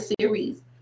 series